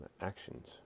actions